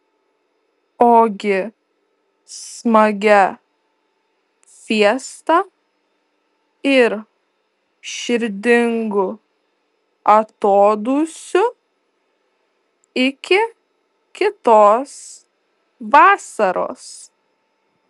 ogi smagia fiesta ir širdingu atodūsiu iki kitos vasaros